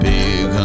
Big